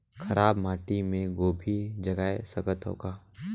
खराब माटी मे गोभी जगाय सकथव का?